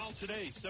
today